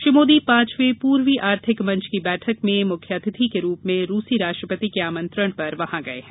श्री मोदी पांचवे पूर्वी आर्थिक मंच की बैठक में मुख्य अतिथि के रूप में रूसी राष्ट्रपति के आमंत्रण पर वहां गये हैं